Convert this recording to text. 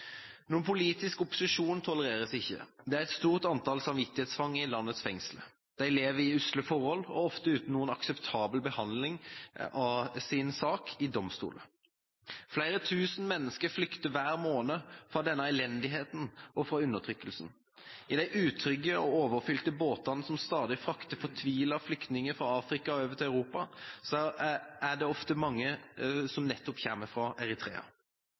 Noen politisk opposisjon tolereres ikke. Det er et stort antall samvittighetsfanger i landets fengsler. De lever i usle forhold og ofte uten noen akseptabel behandling av sin sak i domstoler. Flere tusen mennesker flykter hver måned fra denne elendigheten og fra undertrykkelsen. I de utrygge og overfylte båtene som stadig frakter fortvilte flyktninger fra Afrika og over til Europa, er det ofte mange som kommer fra nettopp Eritrea.